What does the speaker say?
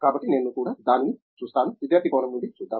కాబట్టి నేను కూడా దానిని చూస్తాను విద్యార్థి కోణం నుండి చూద్దాం